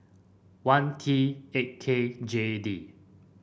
one T eight K J D